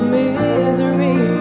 misery